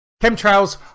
chemtrails